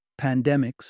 pandemics